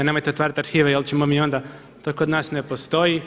Nemojte otvarat arhive jer ćemo mi onda, to kod nas ne postoji.